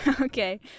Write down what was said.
Okay